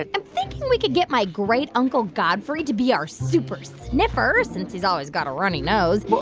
and i'm thinking we could get my great-uncle godfrey to be our super sniffer, since he's always got a runny nose.